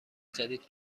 جدید